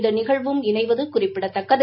இந்த நிகழ்வும் இணைவது குறிப்பிடத்தக்கது